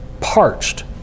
parched